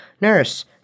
Nurse